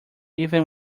even